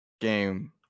game